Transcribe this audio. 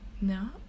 No